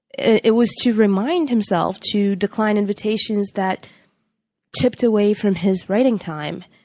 it was to remind himself to decline invitations that tipped away from his writing time.